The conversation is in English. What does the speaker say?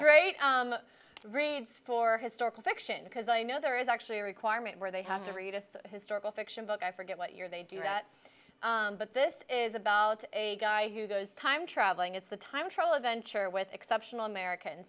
great reads for historical fiction because i know there is actually a requirement where they have to read a historical fiction book i forget what year they do that but this is about a guy who goes time travelling it's the time travel adventure with exceptional american